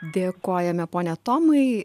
dėkojame pone tomai